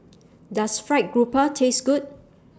Does Fried Grouper Taste Good